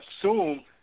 assume